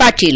Patil